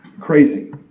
crazy